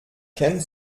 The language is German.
kennt